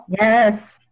Yes